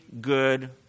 good